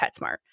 Petsmart